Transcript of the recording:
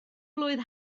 blwydd